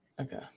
Okay